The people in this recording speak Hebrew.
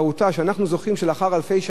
שאנחנו זוכים שלאחר אלפי שנים,